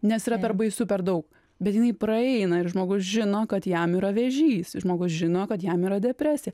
nes yra per baisu per daug bet jinai praeina ir žmogus žino kad jam yra vėžys žmogus žino kad jam yra depresija